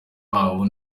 babo